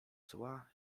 zła